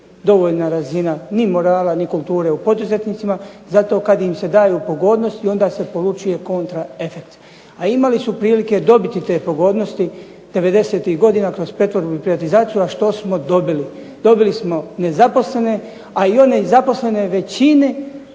dovoljna razina ni morala ni kulture kod poduzetnika, zato kada im se daju pogodnosti onda se polučuje kontra efekt. A imali su prilike dobiti te pogodnosti '90.- ih godina kroz pretvorbu i privatizaciju. A što smo dobili? Dobili smo nezaposlene, a i one zaposlene većine